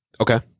Okay